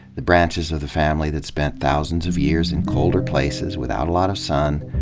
the branches of the family that spent thousands of years in colder places without a lot of sun,